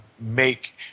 make